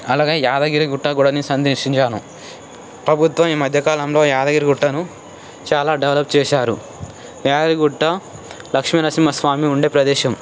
అలాగ యాదగిరిగుట్ట కూడాని సందర్శించాను ప్రభుత్వం ఈ మధ్యకాలంలో యాదగిరిగుట్టను చాలా డెవలప్ చేశారు యాదగిరిగుట్ట లక్ష్మీనరసింహస్వామి ఉండే ప్రదేశం